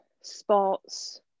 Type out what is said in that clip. sports